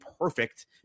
perfect